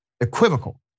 equivocal